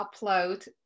upload